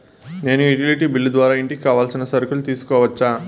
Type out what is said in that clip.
నేను utility bill ద్వారా ఇంటికి కావాల్సిన సరుకులు తీసుకోవచ్చా?